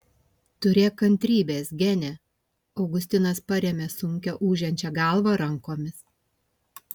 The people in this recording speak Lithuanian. turėk kantrybės gene augustinas parėmė sunkią ūžiančią galvą rankomis